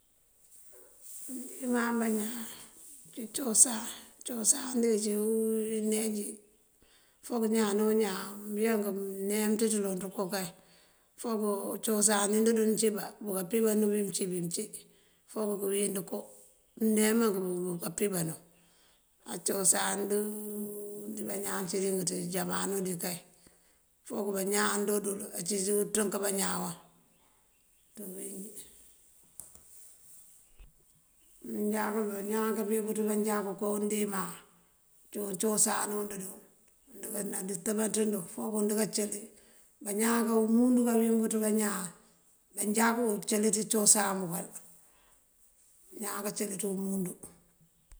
Undiman bañaan ací cosan. Cosan dí cíwu uneeji fok ñaano ñaan mbiyank mëneem ţí dëloŋ dëko kay. Fok cosaan nind duŋ cí babúka pí banuŋ bí mëncí bí mëncí. Fok këwín dëko mëneemank kúu búka pibanú. Á cosan dí bañaan cídink ţí jamano dí kay fok bañaan dodul kaduŋ pënţënk bañaan waŋ ţí uwín njí. Manjakul bañaan kame buţ manjaku ká undiman cúu cosan und duŋ. Ndukanda ndëtëmbanţën duŋ fok wund kacëli bañaan umundu kawín buţ bañaan banjakú cëli tí cosan bukal wël. Bañaan kacëli ţí umundu.